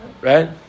Right